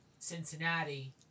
Cincinnati